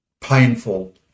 painful